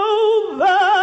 over